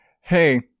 Hey